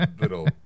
Little